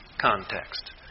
context